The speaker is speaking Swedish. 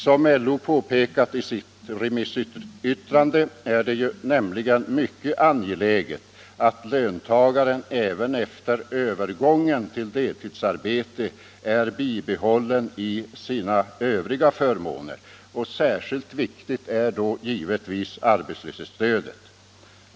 Som LO påpekat i sitt remissyttrande är det nämligen mycket angeläget att löntagaren även efter övergången till deltidsarbete får bibehålla sina övriga förmåner. Särskilt viktigt är då givetvis arbetslöshetsstödet.